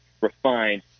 refined